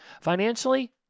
Financially